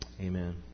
Amen